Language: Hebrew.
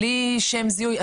בלי שם זיהוי,